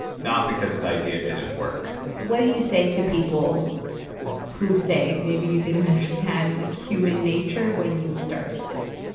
not because his idea didn't work what do you say to people who say maybe you didn't understand, like, human nature when you started this?